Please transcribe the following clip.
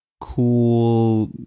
cool